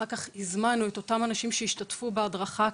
אחר כך הזמנו את אותם אנשים שהשתתפו בהדרכה הכללית,